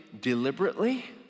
deliberately